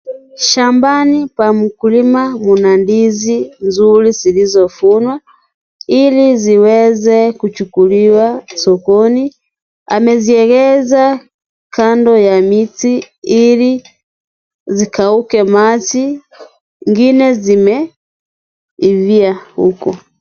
Shambani pa mkulima mna ndizi nzuri zilizovunwa, ili ziweze kuchukuliwa sokoni. Ameziegesha kando za miti ili zikauke maji, zingine zimeivia huko.